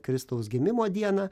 kristaus gimimo dieną